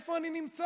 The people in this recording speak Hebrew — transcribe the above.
איפה אני נמצא?